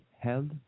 held